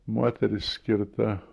moteris skirta